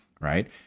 right